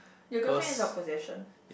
your good friend is your possession